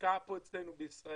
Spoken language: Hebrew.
כשההשקעה פה אצלנו בארץ,